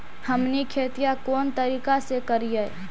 हमनी खेतीया कोन तरीका से करीय?